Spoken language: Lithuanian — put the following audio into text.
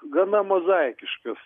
gana mozaikiškas